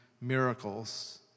miracles